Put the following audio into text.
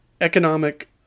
economic